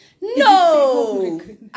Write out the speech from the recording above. No